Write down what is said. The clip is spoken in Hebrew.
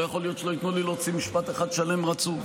לא יכול להיות שלא ייתנו לי להוציא משפט אחד שלם רצוף.